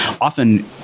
often